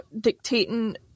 dictating